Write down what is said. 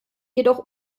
jedoch